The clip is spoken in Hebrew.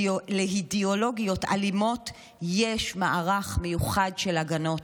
לאידיאולוגיות אלימות יש מערך מיוחד של הגנות